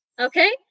okay